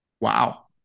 Wow